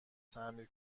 تعمیر